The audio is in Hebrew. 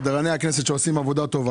אדוני, בכנסת יש סדרנים שעושים עבודה טובה.